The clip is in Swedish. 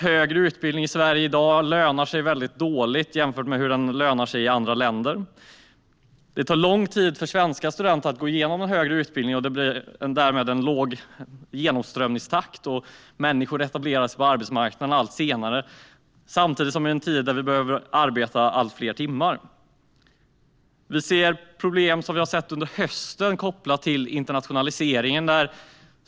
Högre utbildning i Sverige i dag lönar sig väldigt dåligt jämfört med hur den lönar sig i andra länder. Det tar lång tid för svenska studenter att genomgå en högre utbildning, och därigenom blir genomströmningstakten låg. Människor etablerar sig på arbetsmarknaden allt senare i en tid då man behöver arbeta allt fler timmar. Under hösten har vi sett problem kopplade till internationaliseringen.